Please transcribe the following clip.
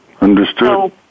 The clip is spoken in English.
Understood